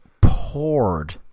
Poured